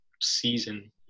season